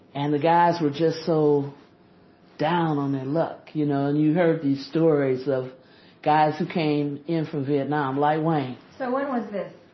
and the guys were just so down on their luck, you know you heard these stories of guys who came in from vietnam, like wayne so when was this?